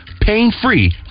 pain-free